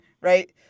right